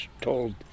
told